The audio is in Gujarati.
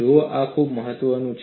જુઓ આ ખૂબ મહત્વનું છે